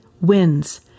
wins